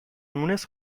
مونس